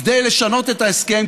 כדי לשנות את ההסכם,